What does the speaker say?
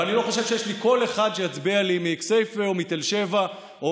ואני לא חושב שיש קול אחד שיצביע לי מכסייפה או מתל שבע או